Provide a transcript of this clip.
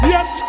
Yes